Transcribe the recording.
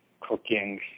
cooking